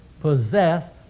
possess